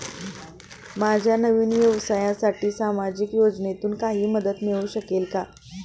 माझ्या नवीन व्यवसायासाठी सामाजिक योजनेतून काही मदत मिळू शकेल का?